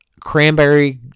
cranberry